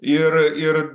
ir ir